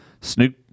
Snoop